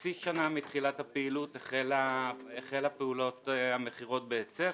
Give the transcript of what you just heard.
כחצי שנה מתחילת הפעילות החלו פעולות המכירות בהיצף.